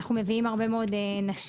אנחנו מביאות הרבה מאוד נשים,